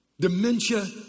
Dementia